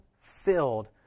filled